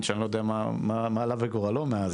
והאמת היא שאני לא יודע מה עלה בגורלו מאז.